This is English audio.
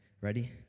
Ready